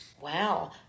Wow